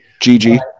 GG